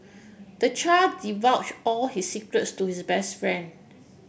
the child divulged all his secrets to his best friend